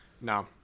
No